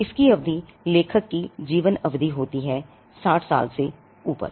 इसकी अवधि लेखक की जीवन अवधि होती है 60 साल से ऊपर